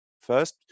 first